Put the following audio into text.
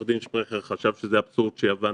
עו"ד שפרכר חשב שזה אבסורד שיוון